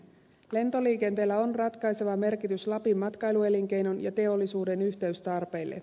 lentoliikenteellä on ratkaiseva merkitys lapin matkailuelinkeinon ja teollisuuden yhteystarpeille